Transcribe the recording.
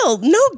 no